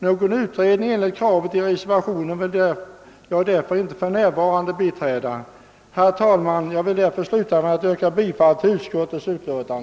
Därför vill jag inte för närvarande tillstyrka utredning eller biträda kravet i reservationen. Herr talman! Jag vill sluta med att yrka bifall till utskottets hemställan.